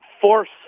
force